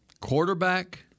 Quarterback